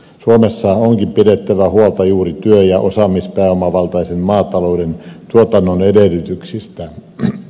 suomessa onkin pidettävä huolta juuri työ ja osaamispääomavaltaisen maatalouden tuotannon edellytyksistä